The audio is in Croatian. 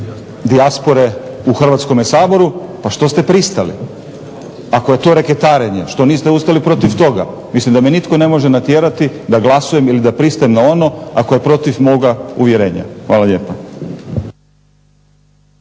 dijaspore u Hrvatskome saboru. Pa što ste pristali? Ako je to reketarenje. Što niste ustali protiv toga? Mislim da me nitko ne može natjerati da glasujem ili da pristanem na ono ako je protiv moga uvjerenja. Hvala lijepa.